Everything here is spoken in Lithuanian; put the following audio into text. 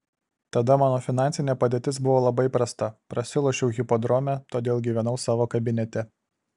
tada mano finansinė padėtis buvo labai prasta prasilošiau hipodrome todėl gyvenau savo kabinete